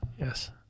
Yes